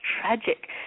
tragic